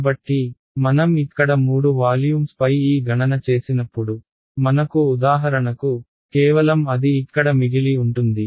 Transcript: కాబట్టి మనం ఇక్కడ 3 వాల్యూమ్స్ పై ఈ గణన చేసినప్పుడు మనకు ఉదాహరణకు కేవలం అది ఇక్కడ మిగిలి ఉంటుంది